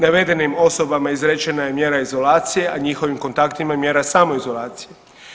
Navedenim osobama izrečena je mjera izolacije, a njihovim kontaktima mjera samoizolacije.